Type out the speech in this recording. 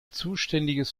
zuständiges